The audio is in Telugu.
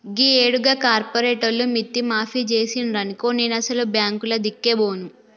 గీయేడు గా కార్పోరేటోళ్లు మిత్తి మాఫి జేసిండ్రనుకో నేనసలు బాంకులదిక్కే బోను